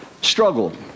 struggled